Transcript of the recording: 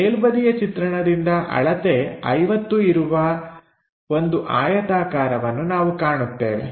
ಮೇಲ್ಬದಿಯ ಚಿತ್ರಣದಿಂದ ಅಳತೆ 50 ಇರುವ ಒಂದು ಆಯತಾಕಾರವನ್ನು ನಾವು ಕಾಣುತ್ತೇವೆ